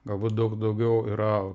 galbūt daug daugiau yra